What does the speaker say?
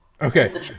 Okay